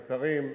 קטרים,